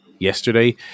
yesterday